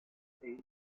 une